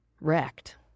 wrecked